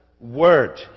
word